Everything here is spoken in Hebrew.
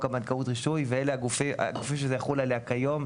בנקאות רישוי והגופים שזה יחול עליה כיום,